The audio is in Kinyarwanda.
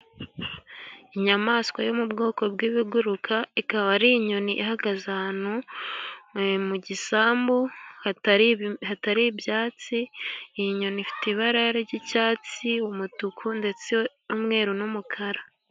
Inyamaswa yo mu bwoko bw'ibiguruka, ikaba ari inyoni ihagaze ahantu mu gisambu hatari ibyatsi. Iyi nyoni ifite ibara ry'icyatsi, umutuku ndetse n'umweru n'umukara.